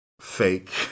fake